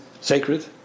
sacred